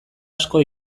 asko